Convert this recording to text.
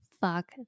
fuck